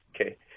okay